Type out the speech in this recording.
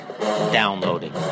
Downloading